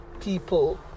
people